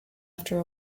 after